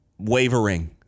wavering